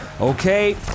Okay